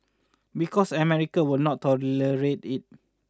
because America will not tolerate it